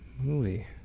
movie